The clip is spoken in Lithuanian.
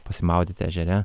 pasimaudyti ežere